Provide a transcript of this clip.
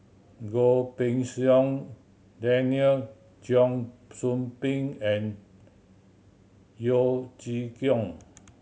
Goh Pei Siong Daniel Cheong Soo Pieng and Yeo Chee Kiong